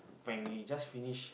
when we just finish